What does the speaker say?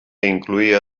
incloïa